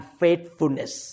faithfulness